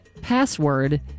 password